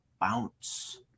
bounce